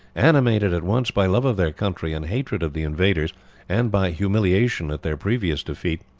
animated at once by love of their country and hatred of the invaders and by humiliation at their previous defeat,